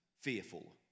fearful